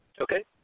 Okay